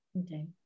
Okay